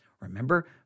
Remember